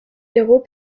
héros